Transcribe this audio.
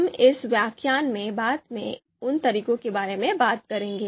हम इस व्याख्यान में बाद में उन तरीकों के बारे में बात करेंगे